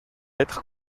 être